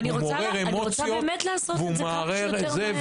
ואני רוצה באמת לעשות את זה כמה שיותר מהר.